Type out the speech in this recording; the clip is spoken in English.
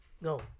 No